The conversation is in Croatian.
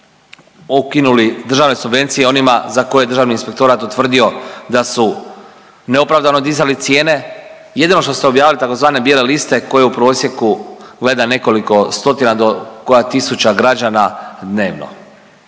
okinuli državne subvencije onima za koje je Državni inspektorat utvrdio da su neopravdano dizali cijene, jedino što ste objavili tzv. bijele liste koje u prosjeku gleda nekoliko stotina do koja tisuća građana dnevno,